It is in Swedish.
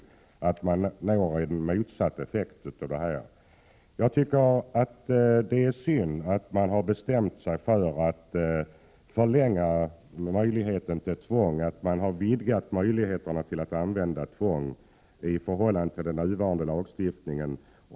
Man når alltså en motsatt effekt. 8 juni 1988 Det är synd att man har bestämt sig för att förlänga tiden för tillåten tvångsvård och vidga möjligheterna till sådan vård.